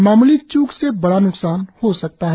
मामूली चूक से बड़ा न्कसान हो सकता है